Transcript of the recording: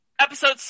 Episode